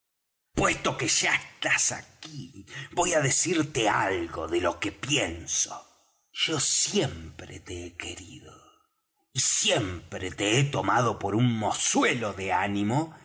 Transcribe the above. puesto que ya estás aquí voy á decirte algo de lo que pienso yo siempre te le querido y siempre te he tomado por un mozuelo de ánimo